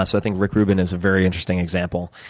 i think rick ruben is a very interesting example.